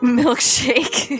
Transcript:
milkshake